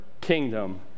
kingdom